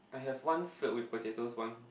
I have one filled with potatoes one